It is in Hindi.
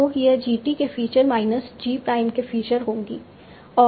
तो यह G t के फीचर माइनस G प्राइम के फीचर होगी और F G T क्या है